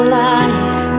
life